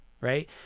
right